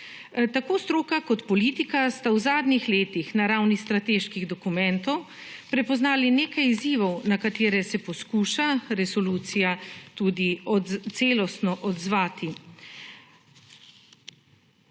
Tako stroka kot politika sta v zadnjih letih na ravni strateških dokumentov prepoznali nekaj izzivov na katere se poskuša resolucija tudi celostno odzvati.